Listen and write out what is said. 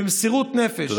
במסירות נפש,